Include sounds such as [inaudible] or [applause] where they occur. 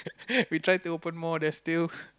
[laughs] we try to open more there's still